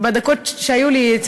בדקות שהיו לי,